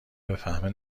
بفهمه